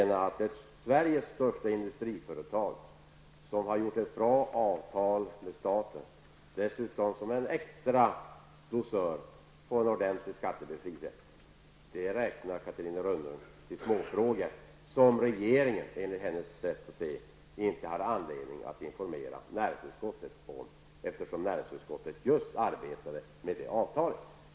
När Sveriges största industriföretag, som har fått ett bra avtal med staten, dessutom som en extra dusör får en ordentlig skattebefrielse, räknar Catarina Rönnung det som en liten fråga, som regeringen enligt hennes sätt att se, inte har anledning att informera näringsutskottet om, eftersom näringsutskottet just arbetade med det avtalet.